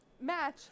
match